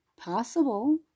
Possible